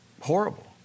horrible